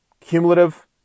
cumulative